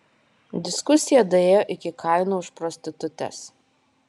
diskusija daėjo iki kainų už prostitutes